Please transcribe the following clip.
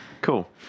Cool